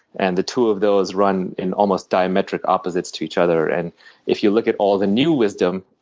and the two of those run in almost diametric opposites to each other. and if you look at all the new wisdom,